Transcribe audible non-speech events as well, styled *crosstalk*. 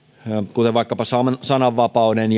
kuten vaikkapa sananvapauden *unintelligible*